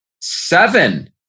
Seven